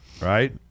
right